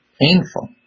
painful